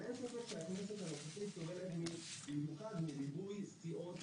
אבל אין ספק שהכנסת הנוכחית סובלת במיוחד מריבוי סיעות,